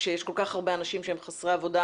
כשיש כל כך הרבה אנשים שהם חסרי עבודה